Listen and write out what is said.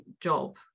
job